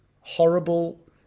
horrible